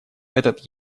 этот